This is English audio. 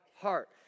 heart